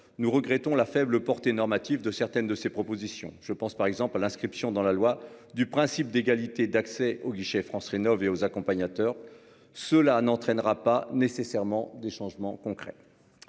Nous regrettons la faible portée normative de certaines de ses propositions, je pense par exemple l'inscription dans la loi du principe d'égalité d'accès aux guichets France rénovée aux accompagnateurs cela n'entraînera pas nécessairement des changements concrets.